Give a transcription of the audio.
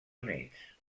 units